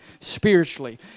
spiritually